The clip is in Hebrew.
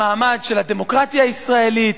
המעמד של הדמוקרטיה הישראלית,